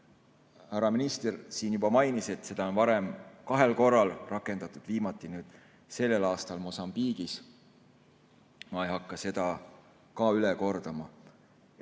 Härra minister juba mainis, et seda on varem kahel korral rakendatud, viimati sellel aastal Mosambiigis. Ma ei hakka seda üle kordama.